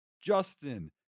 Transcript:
justin